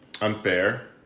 Unfair